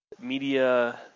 media